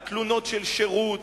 על שירות,